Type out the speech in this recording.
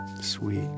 Sweet